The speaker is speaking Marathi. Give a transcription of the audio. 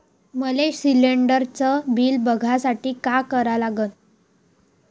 मले शिलिंडरचं बिल बघसाठी का करा लागन?